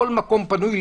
כל מקום פנוי,